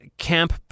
camp